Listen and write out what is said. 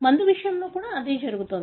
మందు విషయంలో కూడా అదే జరుగుతుంది